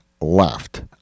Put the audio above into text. left